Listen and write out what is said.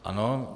Ano.